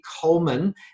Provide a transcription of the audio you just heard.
Coleman